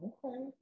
Okay